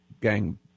gang